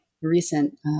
recent